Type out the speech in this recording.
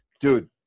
dude